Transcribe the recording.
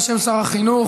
בשם שר החינוך,